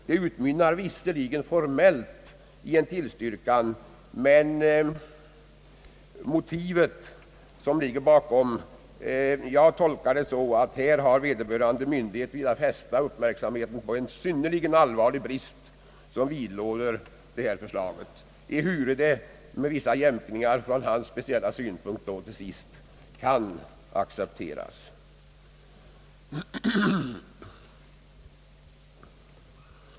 Det utmynnar visserligen formellt i en tillstyrkan, men det motiv som ligger bakom tolkar jag så, att här har vederbörande myndighet velat fästa uppmärksamheten på en synnerligen allvarlig brist hos detta förslag, ehuru det med vissa jämkningar från hans synpunkt dock till sist kan accepteras.